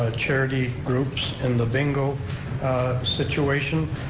ah charity groups, in the bingo situation,